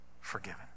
forgiven